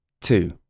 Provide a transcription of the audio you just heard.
Two